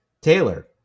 Taylor